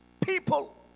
people